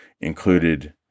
included